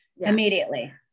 immediately